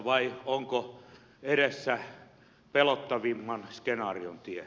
vai onko edessä pelottavimman skenaarion tie